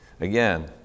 Again